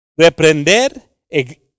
reprender